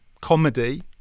comedy